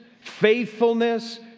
faithfulness